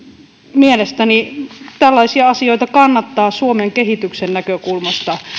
mielestäni tällaisia asioita kannattaa suomen kehityksen näkökulmasta